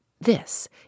This